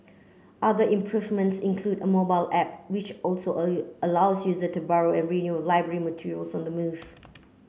other improvements include a mobile app which also a allows user to borrow and renew library materials on the move